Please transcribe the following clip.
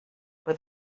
put